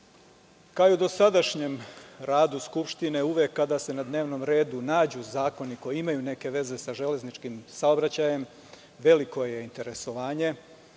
i u dosadašnjem radu Skupštine, uvek kada se na dnevnom redu nađu zakoni koji imaju neke veze sa železničkim saobraćajem veliko je interesovanje,